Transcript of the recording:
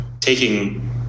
taking